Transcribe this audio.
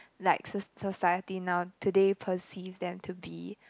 like soc~ society now today perceives them to be